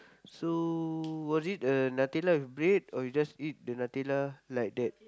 so was it uh Nutella with bread or you just eat the Nutella like that